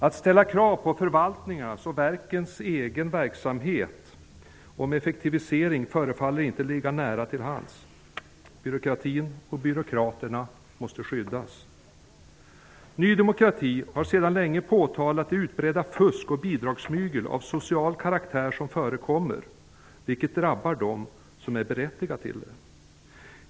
Att ställa krav på effektivisering av förvaltningarnas och verkens egna verksamheter förefaller inte ligga nära till hands. Byråkratin och byråkraterna måste skyddas. Ny demokrati har sedan länge påtalat det utbredda fusk och bidragsmygel av social karaktär som förekommer. Det drabbar dem som är berättigade till bidrag.